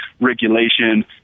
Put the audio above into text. regulation